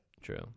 True